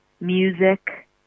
music